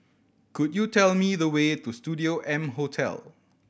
could you tell me the way to Studio M Hotel